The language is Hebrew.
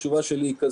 אם הפיילוט מוצלח?